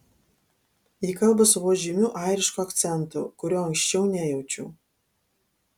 ji kalba su vos žymiu airišku akcentu kurio anksčiau nejaučiau